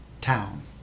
town